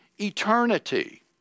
eternity